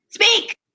Speak